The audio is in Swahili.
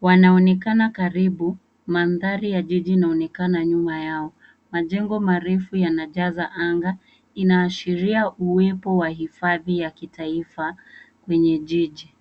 wanaonekana karibu, mandhari ya jiji inaonekana nyuma yao, majengo marefu yanajaza anga, inaashiria uwepo wa hifadhi ya kitaifa lenye jiji.